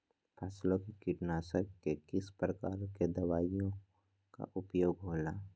फसलों के कीटनाशक के किस प्रकार के दवाइयों का उपयोग हो ला?